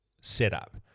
setup